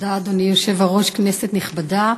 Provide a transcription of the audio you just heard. אדוני היושב-ראש, תודה, כנסת נכבדה,